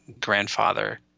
grandfather